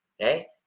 okay